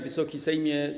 Wysoki Sejmie!